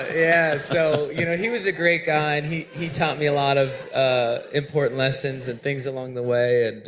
yeah, so you know he was a great guy and he taught me a lot of ah important lessons and things along the way. and